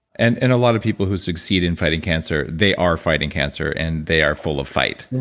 and and a lot of people who succeed in fighting cancer, they are fighting cancer and they are full of fight.